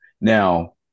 Now